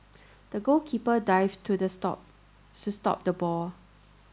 the goalkeeper dived to this stop so stop the ball